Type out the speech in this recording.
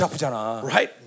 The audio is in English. Right